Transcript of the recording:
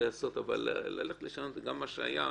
אבל לשנות גם מה שהיה,